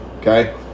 okay